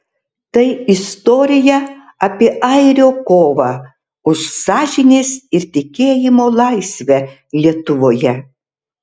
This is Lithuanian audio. tai istorija apie airio kovą už sąžinės ir tikėjimo laisvę lietuvoje